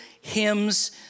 hymns